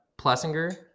Plessinger